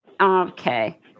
okay